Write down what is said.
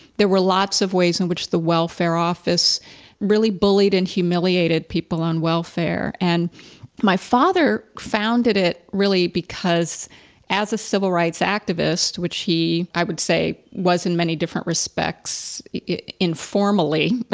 there were lots of ways in which the welfare office really bullied and humiliated people on welfare. and my father founded it really because as a civil rights activist, which he, i would say, was in many different respects informally,